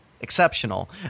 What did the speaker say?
exceptional